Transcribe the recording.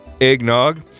eggnog